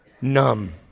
Numb